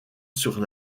sur